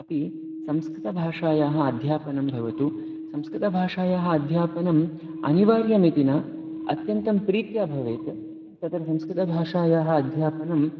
अपि संस्कृतभाषायाः अध्यापनं भवतु संस्कृतभाषायाः अध्यापनम् अनिवार्यमिति न अत्यन्तं प्रीत्या भवेत् तत्र संस्कृतभाषायाः अध्यापनम्